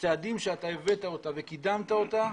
הצעדים שאתה הבאת אותה וקידמת אותה,